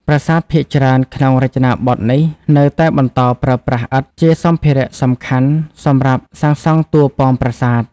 ប្រាសាទភាគច្រើនក្នុងរចនាបថនេះនៅតែបន្តប្រើប្រាស់ ឥដ្ឋ ជាសម្ភារៈសំខាន់សម្រាប់សាងសង់តួប៉មប្រាសាទ។